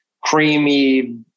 creamy